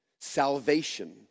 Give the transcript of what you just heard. salvation